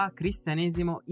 cristianesimo